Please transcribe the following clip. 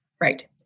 Right